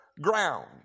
ground